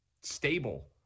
stable